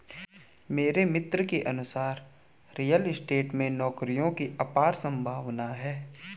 मेरे मित्र के अनुसार रियल स्टेट में नौकरियों की अपार संभावना है